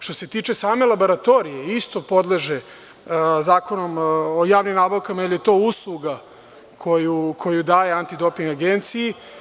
Što se tiče same laboratorije, isto podleže Zakonu o javnim nabavkama, jer je to usluga koju daje Antidoping agenciji.